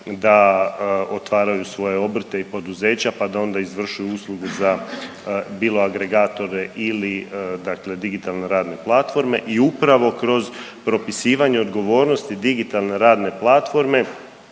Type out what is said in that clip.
da otvaraju svoje obrte i poduzeća pa da onda izvršuju uslugu za bilo agregatore ili digitalne radne platforme i upravo kroz propisivanje odgovornosti digitalne radne platforme